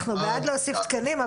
אנחנו בעד להוסיף תקנים,